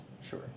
sure